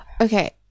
Okay